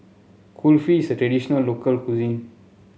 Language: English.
Kulfi is a traditional local cuisine